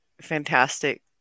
fantastic